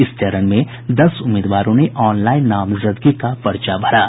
इस चरण में दस उम्मीदवारों ने ऑनलाइन नामजदगी का पर्चा भरा है